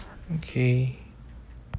okay